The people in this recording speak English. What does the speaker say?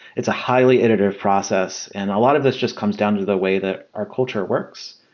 it's a highly iterative process and a lot of this just comes down to the way that our culture works.